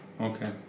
Okay